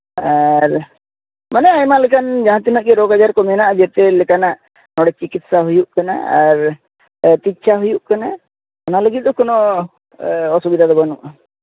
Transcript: ᱟᱨ ᱢᱟᱱᱮ ᱟᱭᱢᱟ ᱞᱮᱠᱟᱱ ᱡᱟᱦᱟᱸ ᱛᱤᱱᱟᱹᱜ ᱜᱮ ᱨᱳᱜᱽᱼᱟᱡᱟᱨᱠᱚ ᱢᱮᱱᱟ ᱡᱚᱛᱚ ᱞᱮᱠᱟᱱᱟᱜ ᱱᱚᱰᱮ ᱪᱤᱠᱤᱥᱥᱟ ᱦᱩᱭᱩᱜ ᱠᱟᱱᱟ ᱟᱨ ᱟᱹᱛᱤᱪᱪᱷᱟ ᱦᱩᱭᱩᱜ ᱠᱟᱱᱟ ᱚᱱᱟ ᱞᱟᱹᱜᱤᱫ ᱫᱚ ᱠᱳᱱᱳ ᱚᱥᱩᱵᱤᱫᱷᱟᱫᱚ ᱵᱟᱹᱱᱩᱜᱼᱟ